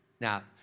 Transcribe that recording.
Now